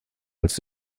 als